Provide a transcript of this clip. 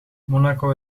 monaco